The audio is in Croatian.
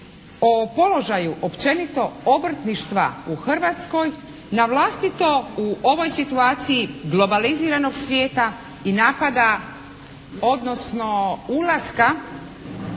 o položaju općenito obrtništva u Hrvatskoj navlastito u ovoj situaciji globaliziranog svijeta i napada odnosno ulaska